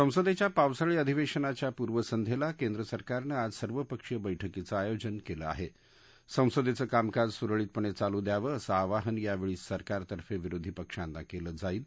संसदघ्या पावसाळी अधिवध्माच्या पूर्वसंध्यत्ती केंद्र सरकारनं आज सर्वपक्षीय बैठकीचं आयोजन कलि आह संसदघ्याकामकाज सुरळीतपणचालू द्यावं असं आवाहन यावळी सरकारतर्फे विरोधी पक्षांना क्लि जाईल